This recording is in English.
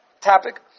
topic